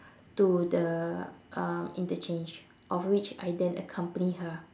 to the um interchange of which I then accompany her